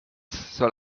soll